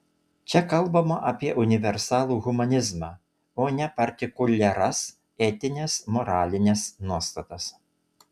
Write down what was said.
čia kalbama apie universalų humanizmą o ne partikuliaras etines moralines nuostatas